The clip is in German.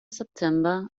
september